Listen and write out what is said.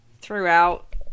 throughout